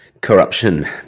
corruption